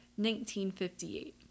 1958